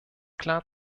klar